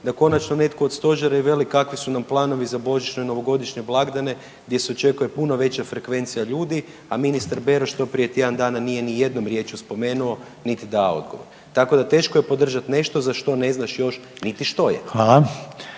da konačno netko od stožera i veli kakvi su nam planovi za božićne i novogodišnje blagdane gdje se očekuje puno veća frekvencija ljudi, a ministar Beroš to prije tjedan dana nije ni jednom riječju spomenuo niti dao odgovor. Tako da teško je podržati nešto za što ne znaš još niti što je.